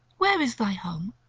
where is thy home,